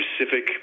specific